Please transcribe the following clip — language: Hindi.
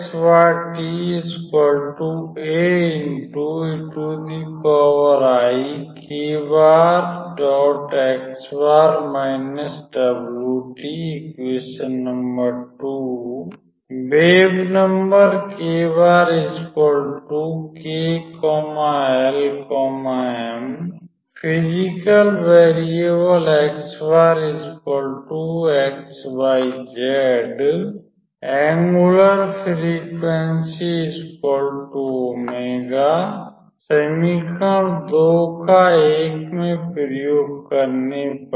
समीकरण का में प्रयोग करने पर